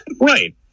Right